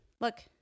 look